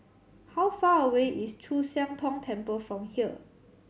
how far away is Chu Siang Tong Temple from here